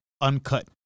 Uncut